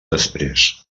després